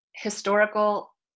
Historical